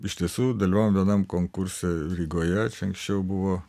iš tiesų dalyvavom vienam konkurse rygoje anksčiau buvo